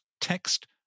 text